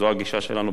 זו הגישה שלנו,